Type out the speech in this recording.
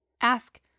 Ask